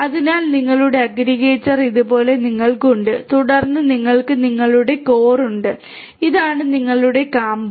അതിനാൽ നിങ്ങളുടെ അഗ്രഗേറ്റർ ഇതുപോലെ നിങ്ങൾക്ക് ഉണ്ട് തുടർന്ന് നിങ്ങൾക്ക് നിങ്ങളുടെ കോർ ഉണ്ട് ഇതാണ് നിങ്ങളുടെ കാമ്പ്